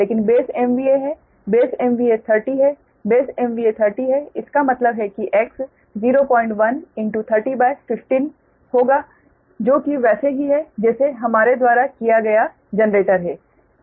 लेकिन base MVA है base MVA 30 है बेस MVA 30 है इसका मतलब है कि X 01030 15 होगा जो कि वैसे ही है जैसे हमारे द्वारा किया गया जनरेटर है